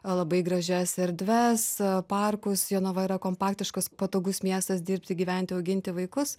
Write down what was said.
labai gražias erdves parkus jonava yra kompaktiškas patogus miestas dirbti gyventi auginti vaikus